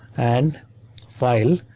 and file,